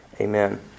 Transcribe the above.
Amen